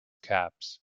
caps